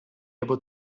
able